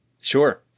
Sure